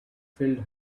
filled